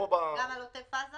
גם על עוטף עזה